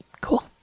Cool